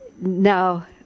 Now